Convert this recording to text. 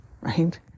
right